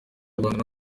rwanda